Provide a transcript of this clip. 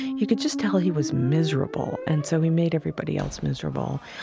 you could just tell he was miserable. and so he made everybody else miserable.